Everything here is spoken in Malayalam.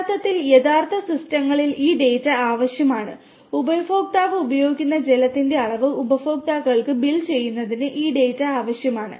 യഥാർത്ഥത്തിൽ യഥാർത്ഥ സിസ്റ്റങ്ങളിൽ ഈ ഡാറ്റ ആവശ്യമാണ് ഉപഭോക്താവ് ഉപയോഗിക്കുന്ന ജലത്തിന്റെ അളവ് ഉപഭോക്താക്കൾക്ക് ബിൽ ചെയ്യുന്നതിന് ഈ ഡാറ്റ ആവശ്യമാണ്